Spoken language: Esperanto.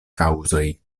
kaŭzoj